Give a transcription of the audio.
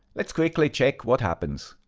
let's quickly check what happens.